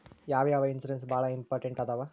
ಯಾವ್ಯಾವ ಇನ್ಶೂರೆನ್ಸ್ ಬಾಳ ಇಂಪಾರ್ಟೆಂಟ್ ಅದಾವ?